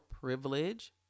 privilege